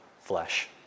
flesh